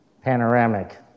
Panoramic